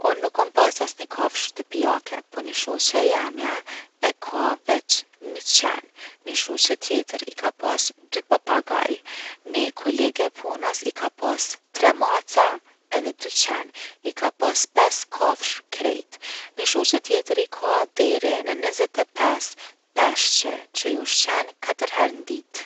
Unë nuk kom pas asni kafshë shtëpiake, po ni shoqe e jemja e ka veq 1 qen. Ni shoqe tjetër i ka pas 2 papagaj. Ni kolege e punës i ka pas 3 maca edhe 2 qen, i ka pas 5 kafshë krejt. Ni shoqe tjetër i ka deri në 25 peshqi që i ushqen 4 herë n’dit’.